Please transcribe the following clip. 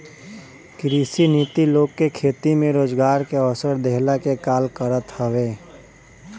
कृषि नीति लोग के खेती में रोजगार के अवसर देहला के काल करत हवे